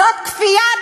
זאת כפייה,